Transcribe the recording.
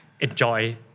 enjoy